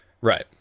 Right